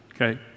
Okay